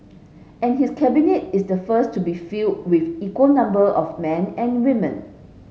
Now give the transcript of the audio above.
and his Cabinet is the first to be filled with equal number of men and women